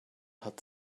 hat